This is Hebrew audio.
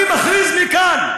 אני מכריז מכאן,